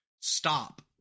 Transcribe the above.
stop